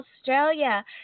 Australia